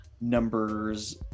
numbers